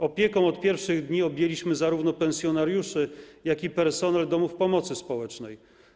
Opieką od pierwszych dni objęliśmy zarówno pensjonariuszy, jak i personel domów pomocy społecznej.